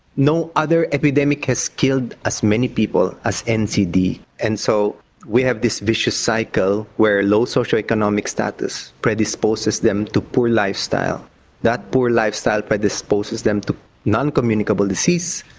no other epidemic has killed as many people as ncd and so we have this vicious cycle where low socioeconomic status predisposes them to poor lifestyle that poor lifestyle predisposes them to non-communicable disease.